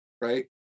right